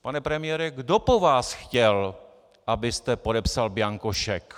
Pane premiére, kdo po vás chtěl, abyste podepsal bianko šek?